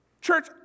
Church